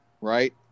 right